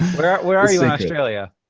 where where are you in australia?